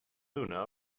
luna